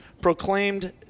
proclaimed